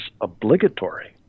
obligatory